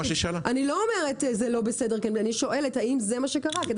אני לא אומרת שזה לא בסדר אלא אני שואלת האם זה מה שקרה כדי